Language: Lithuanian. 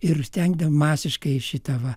ir stengda masiškai šita va